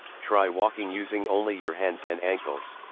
try walking using only your hands and ankles.